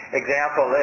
example